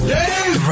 Dave